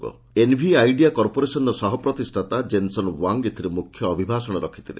' Nvidia କର୍ପୋରେସନ୍ର ସହପ୍ରତିଷ୍ଠାତା Jensen Huang ଏଥିରେ ମୁଖ୍ୟ ଅଭିଭାଷଣ ରଖିଥିଲେ